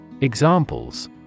Examples